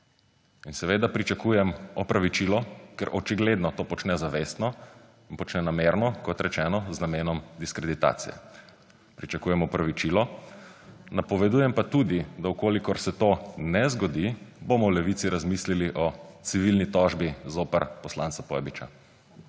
In seveda pričakujem opravičilo, ker očigledno to počne zavestno in počne namerno, kot rečeno, z namenom diskreditacije. Pričakujem opravičilo, napovedujem pa tudi, da v kolikor se to ne zgodi, bomo v Levici razmislili o civilni tožbi zoper poslanca Pojbiča.